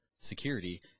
security